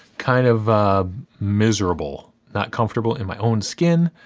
kind of miserable. not comfortable in my own skin.